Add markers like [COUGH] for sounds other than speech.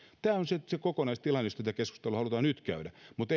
tämä on se se kokonaistilanne jos tätä keskustelua halutaan nyt käydä mutta [UNINTELLIGIBLE]